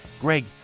Greg